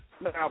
Now